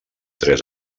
tres